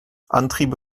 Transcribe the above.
antriebe